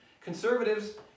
Conservatives